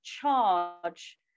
charge